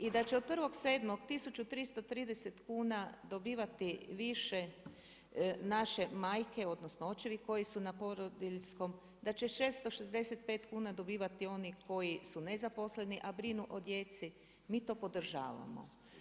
I da će od 1.7., 1330 kuna dobivati više naše majke, odnosno očevi koji su na porodiljskom, da će 665 kuna dobivati oni koji su nezaposleni, a brinu o djeci, mi to podržavamo.